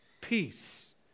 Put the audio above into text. peace